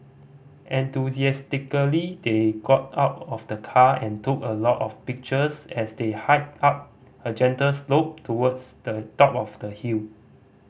enthusiastically they got out of the car and took a lot of pictures as they hiked up a gentle slope towards the top of the hill